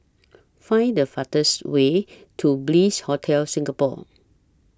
Find The fastest Way to Bliss Hotel Singapore